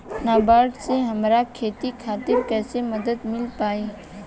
नाबार्ड से हमरा खेती खातिर कैसे मदद मिल पायी?